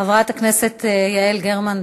חברת הכנסת יעל גרמן,